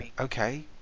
okay